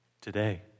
today